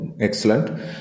excellent